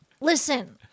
Listen